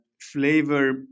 flavor